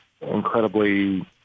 incredibly